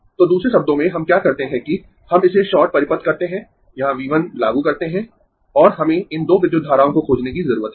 तो दूसरे शब्दों में हम क्या करते है कि हम इसे शॉर्ट परिपथ करते है यहां V 1 लागू करते है और हमें इन दो विद्युत धाराओं को खोजने की जरूरत है